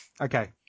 Okay